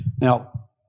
Now